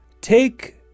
take